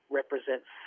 represents